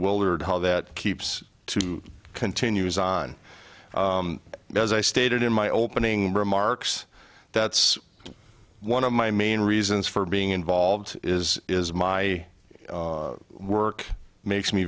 willard hall that keeps two continues on as i stated in my opening remarks that's one of my main reasons for being involved is is my work makes me